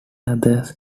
others